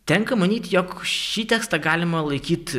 tenka manyt jog šį tekstą galima laikyt